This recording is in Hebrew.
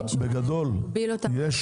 בגדול, יש